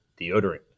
Deodorant